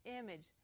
image